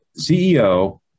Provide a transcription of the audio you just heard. CEO